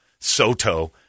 Soto